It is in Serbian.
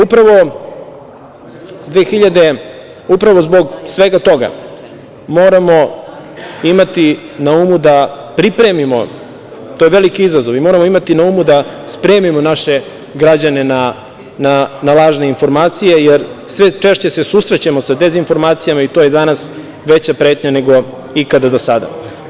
Upravo zbog svega toga moramo imati na umu da pripremimo, to je veliki izazov i moramo imati na umu da spremimo naše građane na lažne informacije, jer sve češće se susrećemo sa dezinformacijama i to je danas veća pretnja nego ikada do sada.